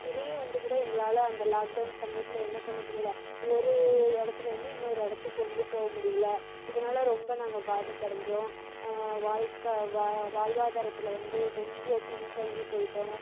இதையே வந்து கூட எங்களால் அந்த லாக் டவுன் சமயத்தில் என்ன பண்ண முடியல ஒரு இடத்துலருந்து இன்னொரு இடத்துக்கு கொண்டு போக முடியல இதனால் ரொம்ப நாங்கள் பாதிப்படைஞ்சோம் வாழ்க்கை வா வாழ்வாதாரத்தில் வந்து கொஞ்சம் பின்தங்கி போய்விட்டோம்